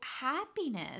happiness